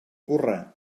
hurra